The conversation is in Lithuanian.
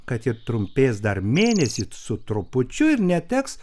kad ji trumpės dar mėnesį su trupučiu ir neteks